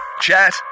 chat